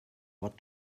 what